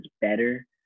better